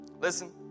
listen